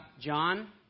John